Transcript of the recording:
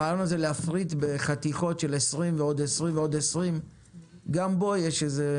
להפריט בחתיכות של 20 ועוד 20 ועוד 20 יש ספק.